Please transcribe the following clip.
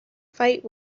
fight